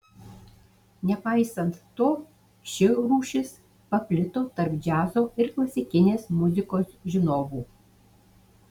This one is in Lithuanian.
nepaisant to ši rūšis paplito tarp džiazo ir klasikinės muzikos žinovų